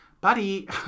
buddy